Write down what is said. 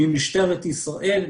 ממשטרת ישראל,